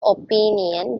opinion